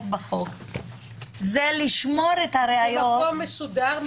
זה לשמור את הראיות ---- במקום מסודר,